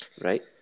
right